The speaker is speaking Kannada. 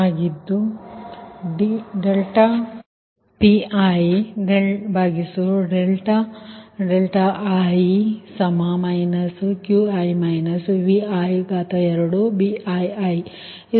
ಆದ್ದರಿಂದ Pii Qi Vi2Bii ಇದು ಸಮೀಕರಣ 66 ಆಗಿದೆ